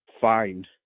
find